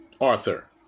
Arthur